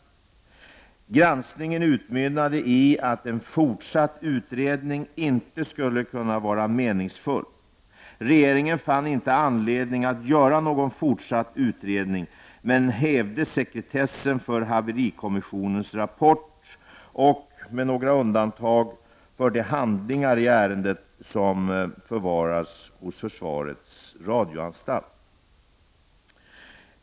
Granskningen utmynnade i att en fortsatt utredning inte skulle vara meningsfull. Regeringen fann inte anledning att göra någon fortsatt utredning men hävde sekretessen för haverikommissionens rapporter och, med några undantag, för de handlingar i ärendet som förvaras hos försvarets radioanstalt.